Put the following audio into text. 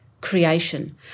creation